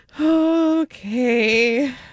Okay